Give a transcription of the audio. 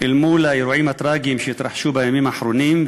אל מול האירועים הטרגיים שהתרחשו בימים האחרונים,